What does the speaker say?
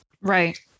Right